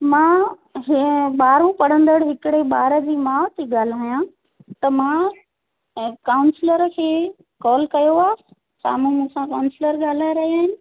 मां हींअर ॿारहों पढ़ंदड़ हिकिड़े ॿार जी माउ थी ॻाल्हायां त मां ऐं काउंसलर खे कॉल कयो आहे साम्हूं मूंसां काउंसलर ॻाल्हाए रहिया आहिनि